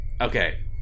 Okay